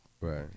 right